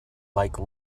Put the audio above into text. like